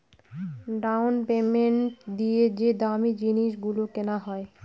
down payment দিয়ে যে দামী জিনিস গুলো কেনা হয়